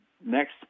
next